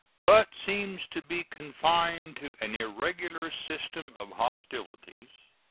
but seems to be confined to an irregular system of hostilities,